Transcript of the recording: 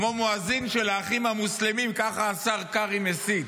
כמו מואזין של האחים המוסלמים, ככה השר קרעי מסית.